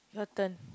your turn